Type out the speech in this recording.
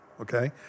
okay